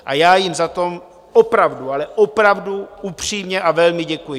A já jim za to opravdu, ale opravdu upřímně a velmi děkuji.